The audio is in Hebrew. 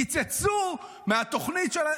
קיצצו מהתוכנית.